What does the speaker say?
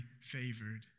favored